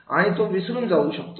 आणि तो विसरून जाऊ शकतो